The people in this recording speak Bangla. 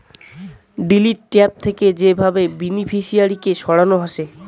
ডিলিট ট্যাব থাকে যে ভাবে বেনিফিশিয়ারি কে সরানো হসে